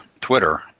Twitter